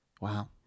Wow